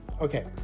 okay